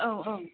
औ ओं